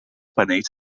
panells